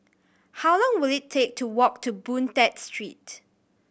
how long will it take to walk to Boon Tat Street